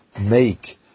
make